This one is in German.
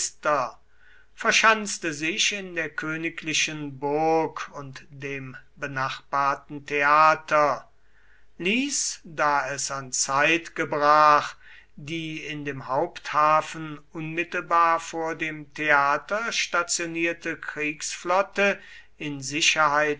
verschanzte sich in der königlichen burg und dem benachbarten theater ließ da es an zeit gebrach die in dem haupthafen unmittelbar vor dem theater stationierte kriegsflotte in sicherheit